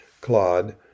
Claude